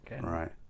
Right